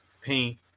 paint